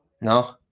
No